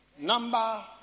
Number